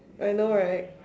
I know right